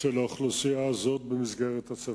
של האוכלוסייה הזאת במסגרת הצבא.